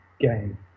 game